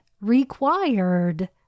required